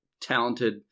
talented